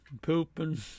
pooping